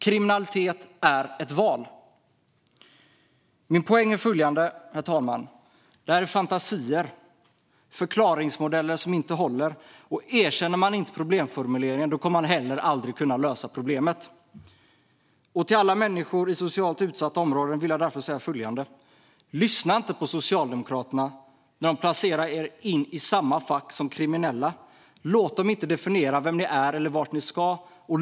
Kriminalitet är ett val. Herr talman! Min poäng är följande: Det här är fantasier. Det är förklaringsmodeller som inte håller. Erkänner man inte problemformuleringen kommer man heller aldrig att kunna lösa problemet. Till alla människor i socialt utsatta områden vill jag därför säga följande: Lyssna inte på Socialdemokraterna när de placerar er i samma fack som kriminella! Låt dem inte definiera vem ni är eller vart ni ska!